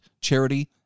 charity